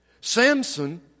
Samson